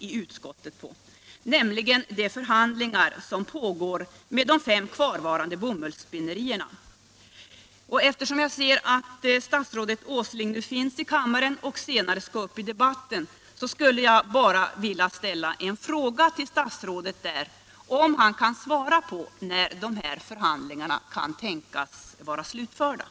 Frågan gäller de förhandlingar — Nr 138 som pågår mellan de fem kvarvarande bomullsspinnerierna. Statsrådet Åsling finns i kammaren och skall senare delta i debatten, och jag vill därför fråga honom om han kan ge ett besked om när dessa förhandlingar kan tänkas vara slutförda.